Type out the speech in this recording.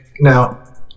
now